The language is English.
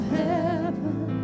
heaven